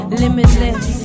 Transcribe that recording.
limitless